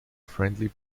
friendly